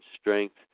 strength